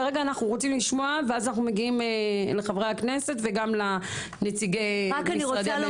כרגע אנחנו רוצים לשמוע את חברי הכנסת וגם לנציגי משרדי הממשלה.